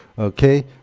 Okay